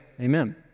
amen